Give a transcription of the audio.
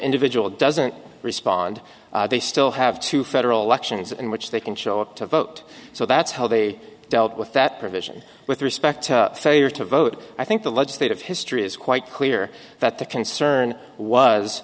individual doesn't respond they still have two federal elections in which they can show up to vote so that's how they dealt with that provision with respect to failure to vote i think the legislative history is quite clear that the concern was